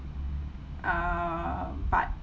err but